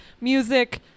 music